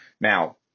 Now